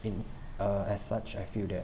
in uh as such I feel that